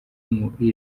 muri